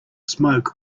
smoke